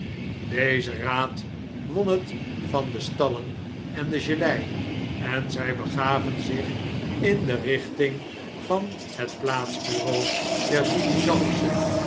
deze raad won het van de stallen en de gelei en zij begaven zich in de richting van het plaatsbureau der